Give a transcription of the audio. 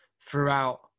throughout